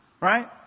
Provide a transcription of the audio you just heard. Right